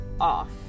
off